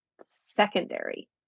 secondary